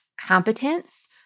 competence